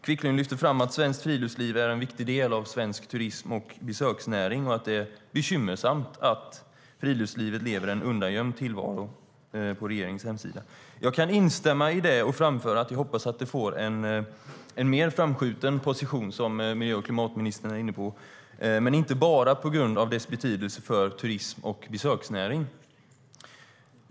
Quicklund lyfter fram att Svenskt Friluftsliv är en viktig del av svensk turism och besöksnäring och att det är bekymmersamt att friluftslivet för en undangömd tillvaro på regeringens hemsida. Jag kan instämma i det och framföra att jag hoppas att det får en mer framskjuten position, som klimat och miljöministern är inne på, men inte bara på grund av dess betydelse för turism och besöksnäring.